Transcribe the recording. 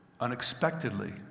unexpectedly